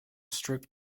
strict